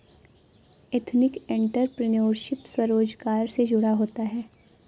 ethnic entrepreneurship स्वरोजगार से जुड़ा होता है